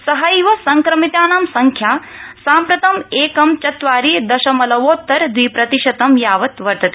सहैव संक्रमितानां संख्या साम्प्रतं एकं चत्वारि दशमलवोत्तर द्विप्रतिशतं यावत् वर्तते